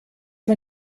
man